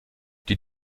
die